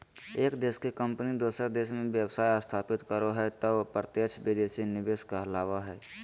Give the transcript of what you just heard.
एक देश के कम्पनी दोसर देश मे व्यवसाय स्थापित करो हय तौ प्रत्यक्ष विदेशी निवेश कहलावय हय